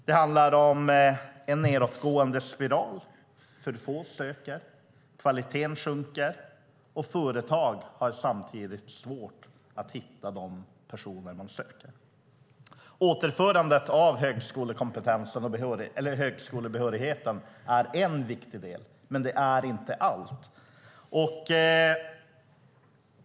Det handlar om en nedåtgående spiral; för få söker och kvaliteten sjunker. Samtidigt har företag svårt att hitta de personer de söker. Återförandet av högskolebehörigheten är en viktig del, men det är inte allt.